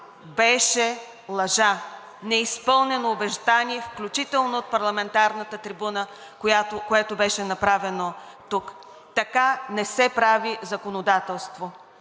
беше лъжа, неизпълнено обещание, включително от парламентарната трибуна, което беше направено тук! Така не се прави законодателство